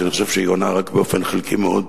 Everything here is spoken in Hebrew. כי אני חושב שהיא עונה רק באופן חלקי מאוד